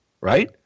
Right